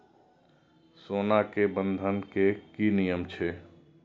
सोना के बंधन के कि नियम छै?